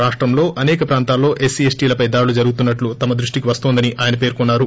రాష్టంలో అనేక ప్రాంతాల్లో ఎస్సీ ఎస్టీలపై దాడులు జరుగుతున్నట్లు తమ దృష్టికి వస్తోందని ఆయన పేర్కొన్నారు